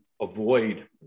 avoid